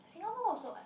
Singapore also [what]